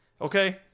okay